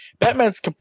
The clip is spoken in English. Batman's